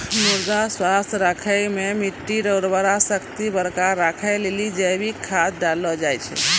मृदा स्वास्थ्य राखै मे मट्टी रो उर्वरा शक्ति बरकरार राखै लेली जैविक खाद डाललो जाय छै